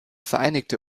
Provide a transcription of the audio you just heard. vereinigte